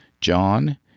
John